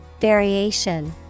Variation